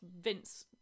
vince